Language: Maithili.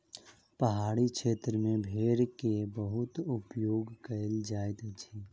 पहाड़ी क्षेत्र में भेड़ के बहुत उपयोग कयल जाइत अछि